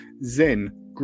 Zen